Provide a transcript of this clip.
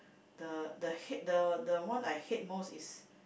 the the hate the the one I hate most is